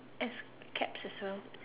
F caps also